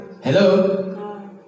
hello